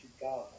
God